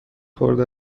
خورده